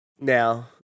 Now